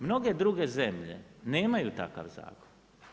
Mnoge druge zemlje nemaju takav zakon.